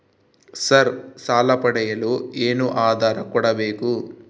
Sir ಸಾಲ ಪಡೆಯಲು ಏನು ಆಧಾರ ಕೋಡಬೇಕು?